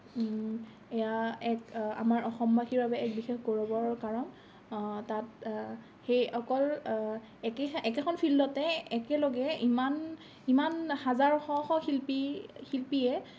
এইয়া এক আমাৰ অসমবাসীৰ বাবে এক বিশেষ গৌৰৱৰ কাৰণ তাত সেই অকল একে একেখন ফিল্ডতে একেলগে ইমান ইমান হাজাৰ শ শ শিল্পী শিল্পীয়ে